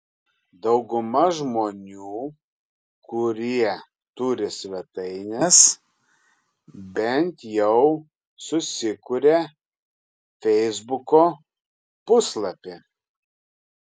dauguma žmonių kurie turi svetaines bent jau susikuria feisbuko puslapį